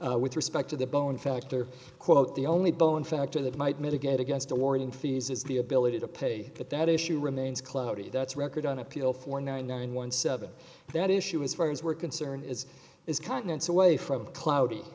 says with respect to the bone factor quote the only bone factor that might mitigate against awarding fees is the ability to pay but that issue remains cloudy that's record on appeal for nine one seven and that issue as far as we're concerned is is continents away from cloudy